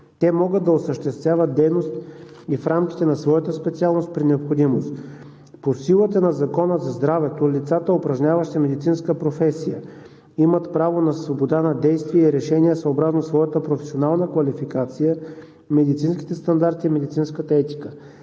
те могат да осъществяват дейност и в рамките на своята специалност при необходимост. По силата на Закона за здравето лицата, упражняващи медицинска професия, имат право на свобода на действия и решения съобразно своята професионална квалификация, медицинските стандарти и медицинската етика.